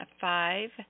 five